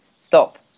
stop